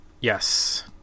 Yes